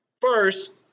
First